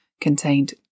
contained